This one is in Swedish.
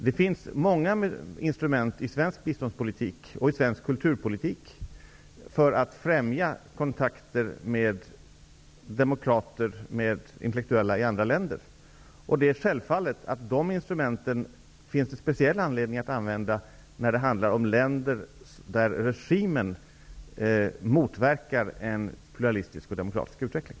Det finns många instrument i svensk biståndspolitik och svensk kulturpolitik för att främja kontakter med demokrater och intellektuella i andra länder. Det är självklart att det finns speciell anledning att använda de instrumenten när det gäller länder där regimen motverkar en pluralistisk och demokratisk utveckling.